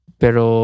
pero